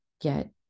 get